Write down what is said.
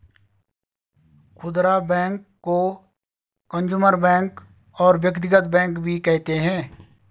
खुदरा बैंक को consumer bank और व्यक्तिगत बैंक भी कहते हैं